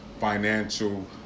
financial